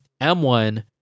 M1